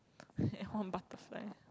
and one butterfly